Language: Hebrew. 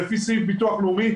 לפי סעיף הביטוח הלאומי,